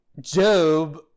Job